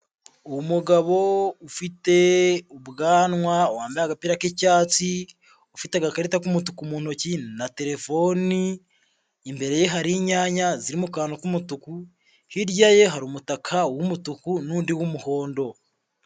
Umugabo ufite ubwanwa wambaye agapira k'icyatsi, ufite agakarita k'umutuku mu ntoki na terefoni, imbere ye hari inyanya ziri mu kantu k'umutuku, hirya ye hari umutaka w'umutuku n'undi w'umuhondo.